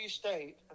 state